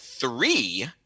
three